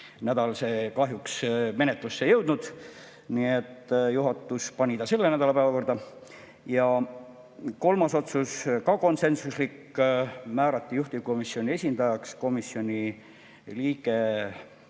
nädal see kahjuks menetlusse ei jõudnud, nii et juhatus pani eelnõu selle nädala päevakorda. Ja kolmas otsus, ka konsensuslik: määrati juhtivkomisjoni esindajaks komisjoni liige,